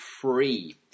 free